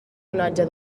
onatge